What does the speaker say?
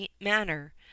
manner